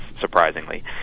surprisingly